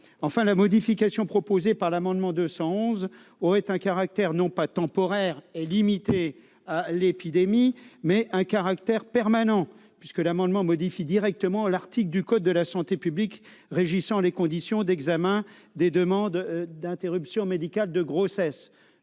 Enfin, la modification proposée au travers de l'amendement n° 211 rectifié aurait un caractère non pas temporaire et limité à l'épidémie, mais permanent puisqu'il tend à modifier directement l'article du code de la santé publique régissant les conditions d'examen des demandes d'interruption médicale de grossesse.